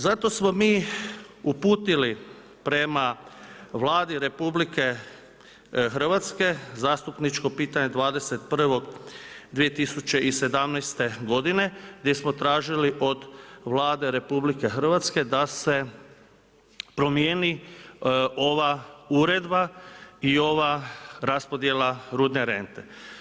Zato smo mi uputili prema Vladi RH zastupničko pitanje 20.1.2017. godine gdje smo tražili od Vlade RH da se promijeni ova Uredba i ova raspodjela rudne rente.